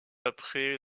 après